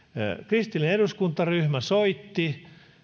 kristillinen eduskuntaryhmä soitti